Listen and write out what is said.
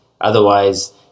Otherwise